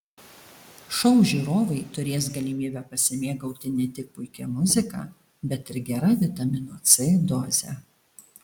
šou žiūrovai turės galimybę pasimėgauti ne tik puikia muzika bet ir gera vitamino c doze